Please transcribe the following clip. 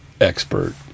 expert